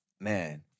man